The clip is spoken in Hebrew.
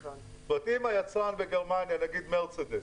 זאת אומרת, אם היצרן בגרמניה, נגיד מרצדס,